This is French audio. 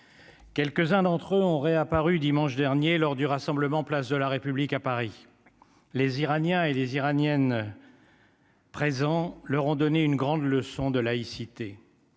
quelques-uns d'entre eux ont réapparu dimanche dernier lors du rassemblement place de la République à Paris, les Iraniens et les Iraniennes. Présent leur en donner une grande leçon de laïcité